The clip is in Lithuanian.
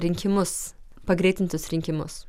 rinkimus pagreitintus rinkimus